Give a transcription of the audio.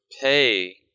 pay